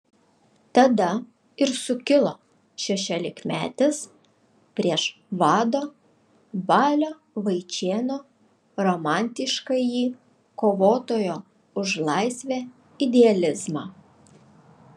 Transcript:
tada ir sukilo šešiolikmetis prieš vado balio vaičėno romantiškąjį kovotojo už laisvę idealizmą